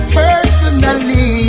personally